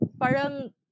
Parang